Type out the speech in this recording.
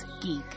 geek